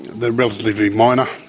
they're relatively minor.